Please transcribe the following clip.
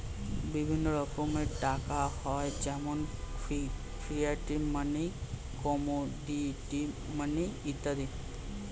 বিভিন্ন রকমের টাকা হয় যেমন ফিয়াট মানি, কমোডিটি মানি ইত্যাদি